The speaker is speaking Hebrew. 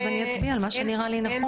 אז אני אצביע על מה שנראה לי נכון,